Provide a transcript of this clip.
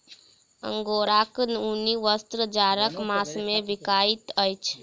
अंगोराक ऊनी वस्त्र जाड़क मास मे बिकाइत अछि